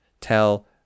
tell